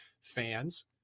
fans